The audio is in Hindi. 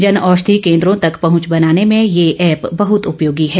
जन औषधि केंद्रों तक पहुंच बनाने में यह एप बहुत उपयोगी है